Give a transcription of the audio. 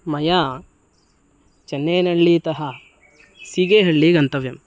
मया चन्नैनळ्ळीतः सीगेहळ्ळी गन्तव्यम्